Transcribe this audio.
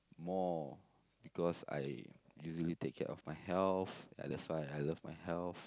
more because I usually take care of my health ya that's why I love my health